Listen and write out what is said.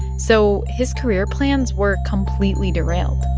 so his career plans were completely derailed